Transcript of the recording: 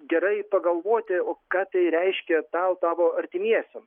gerai pagalvoti o ką tai reiškia tau tavo artimiesiem